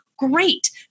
Great